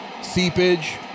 Seepage